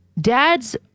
Dads